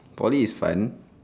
poly is fun